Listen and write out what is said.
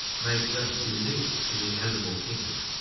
makes us unique in the animal kingdom.